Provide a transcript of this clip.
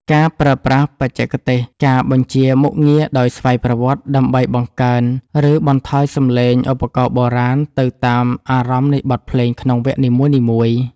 ការប្រើប្រាស់បច្ចេកទេស ការបញ្ជាមុខងារដោយស្វ័យប្រវត្តិ ដើម្បីបង្កើន ឬបន្ថយសំឡេងឧបករណ៍បុរាណទៅតាមអារម្មណ៍នៃបទភ្លេងក្នុងវគ្គនីមួយៗ។